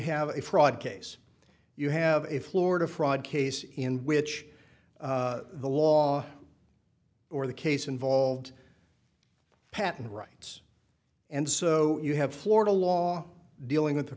have a fraud case you have a florida fraud case in which the law or the case involved patent rights and so you have florida law dealing with